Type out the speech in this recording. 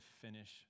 finish